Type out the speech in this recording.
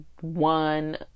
one